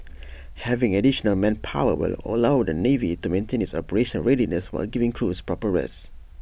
having additional manpower will allow the navy to maintain its operational readiness while giving crews proper rest